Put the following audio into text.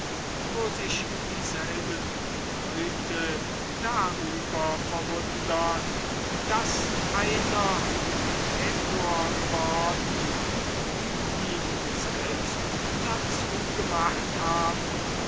wo sich dieselben leute darüber verwundern daß einer prätor geworden die ihn selbst dazu gemacht haben